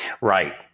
Right